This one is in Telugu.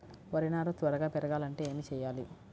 వరి నారు త్వరగా పెరగాలంటే ఏమి చెయ్యాలి?